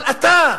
אבל אתה,